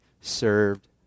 served